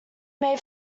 may